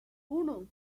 uno